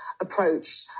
approach